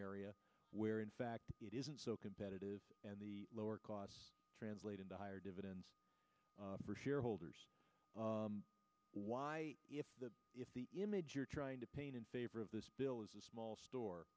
area where in fact it isn't so competitive and the lower cost translate into higher dividends for shareholders why the image you're trying to paint in favor of this bill is a small store